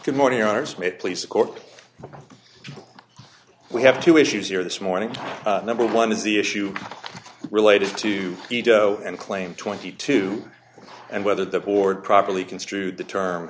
good morning hours may please the court we have two issues here this morning number one is the issue related to veto any claim twenty two and whether the board properly construed the term